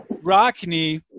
Rockney